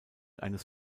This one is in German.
eines